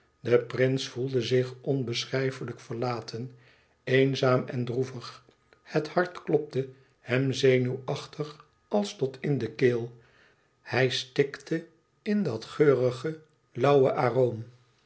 de prins voelde zich onbeschrijflijk verlaten eenzaam en droevig het hart klopte hem zenuwachtig als tot in de keel hij stikte in dat geurige lauwe aroom